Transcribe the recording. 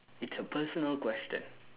it's a personal question